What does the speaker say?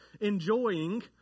enjoying